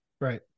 Right